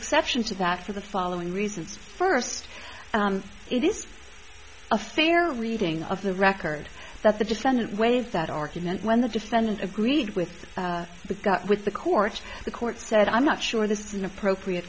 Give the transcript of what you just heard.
exception to that for the following reasons first it is a fairly reading of the record that the defendant ways that argument when the defendant agreed with the got with the court the court said i'm not sure this is an appropriate